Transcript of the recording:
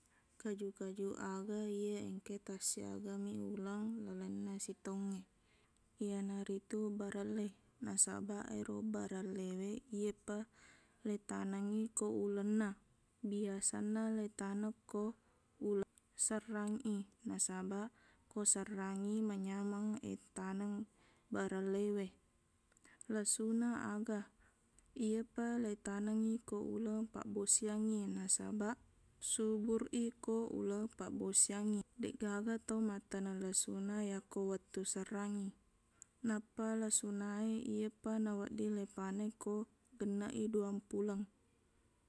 Kaju-kaju aga iye engka e tassiagami uleng lalenna sitaung e. Iyanaritu barelle. Nabasaq, ero barellewe, iyepa leitanangngi ko ulenna. Biasanna laitaneng ko uleng serrangngi. Nasabaq, ko serrangngi, manyameng ettaneng barellewe. Lasuna aga. Iyapa laitanengngi ko uleng pabbosiangngie, nasabaq subur i ko uleng pabbosiangngi. Deqgaga tau mattaneng lasuna yako wettu serrangngi. Nappa lasuna e, iyepa nawedding leipaneng ko genneq i duang puleng.